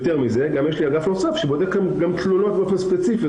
יותר מזה, יש לי אגף נוסף שבודק תלונות ספציפיות.